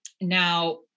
Now